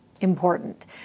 important